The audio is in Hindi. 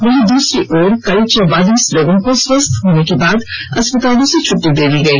वहीं दूसरी ओर कल चौवालीस लोगों को स्वस्थ होने के बाद अस्पतालों से छट्टी दे दी गई